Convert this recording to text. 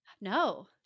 No